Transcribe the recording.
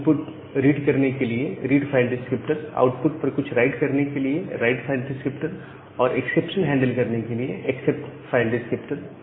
input read करने के लिए रीड फाइल डिस्क्रिप्टर आउटपुट पर कुछ राइट करने के लिए राइट फाइल डिस्क्रिप्टर और एक्सेप्शन हैंडल करने के लिए एक्सेप्ट फाइल डिस्क्रिप्टर